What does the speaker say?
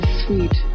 sweet